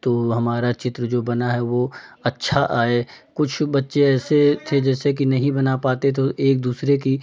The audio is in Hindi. तो हमारा चित्र जो बना है वो अच्छा आए कुछ बच्चे ऐसे थे जैसे कि नहीं बना पाते तो एक दूसरे की